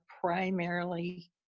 primarily